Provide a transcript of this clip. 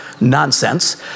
nonsense